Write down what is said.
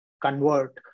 convert